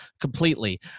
completely